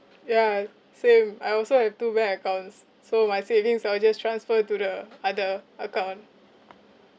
ya same I also have two bank accounts so my savings I'll just transfer to the other account